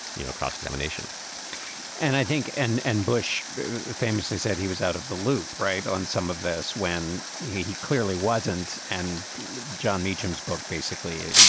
you know, cross-examination and i think and and bush famously said he was out of the loop right on some of this when he he clearly wasn't. and john meacham's book, basically,